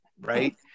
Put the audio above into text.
right